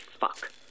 fuck